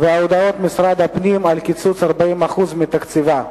והודעת משרד הפנים על קיצוץ 40% מתקציבה,